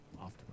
often